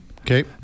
Okay